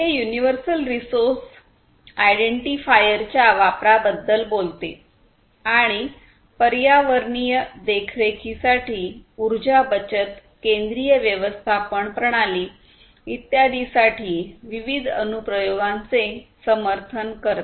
हे universal resource आयडेंटीफायरच्या वापराबद्दल बोलते आणि पर्यावरणीय देखरेखीसाठी ऊर्जा बचत केंद्रीय व्यवस्थापन प्रणाली इत्यादींसाठी विविध अनुप्रयोगांचे समर्थन करते